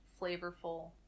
flavorful